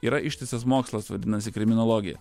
yra ištisas mokslas vadinasi kriminologija